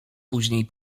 później